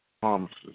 Promises